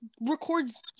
records